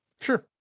Sure